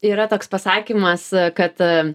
yra toks pasakymas kad